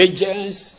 Agents